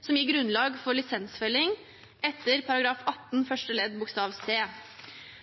som gir grunnlag for lisensfelling etter § 18 første ledd bokstav c.